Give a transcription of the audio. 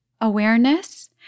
awareness